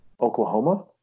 oklahoma